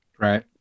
right